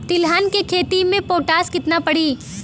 तिलहन के खेती मे पोटास कितना पड़ी?